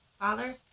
father